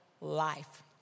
life